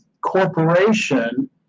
corporation